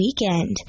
weekend